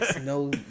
No